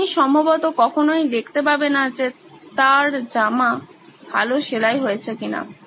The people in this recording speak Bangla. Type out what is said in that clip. তুমি সম্ভবত কখনোই দেখতে পাবে না যে তার জামা ভালো সেলাই হয়েছে কিনা